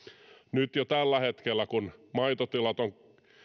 kun jo tällä hetkellä maitotilat on